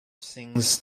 sings